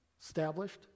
established